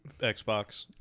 Xbox